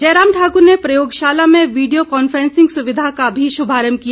जयराम ठाकुर ने प्रयोगशाला में वीडियो कॉन्फ्रेंसिंग सुविधा का भी शुभारंभ किया